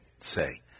say